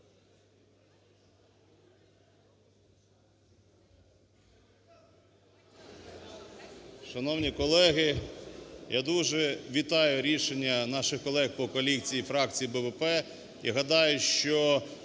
Шановні колеги, я дуже вітаю рішення наших колег по коаліції фракції "БПП" і гадаю, що